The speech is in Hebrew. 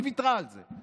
היא ויתרה על זה.